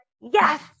yes